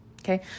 Okay